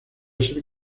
ser